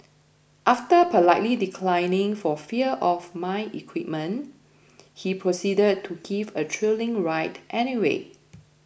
after politely declining for fear of my equipment he proceeded to give a thrilling ride anyway